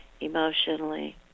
emotionally